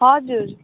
हजुर